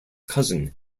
cousin